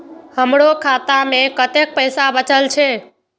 हमरो खाता में कतेक पैसा बचल छे?